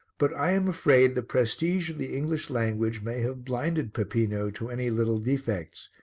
but i am afraid the prestige of the english language may have blinded peppino to any little defects,